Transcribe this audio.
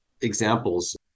examples